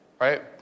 Right